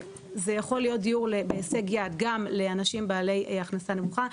בה יכול להיות דיור בהישג יד גם לאנשים עם הכנסה נמוכה,